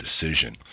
decision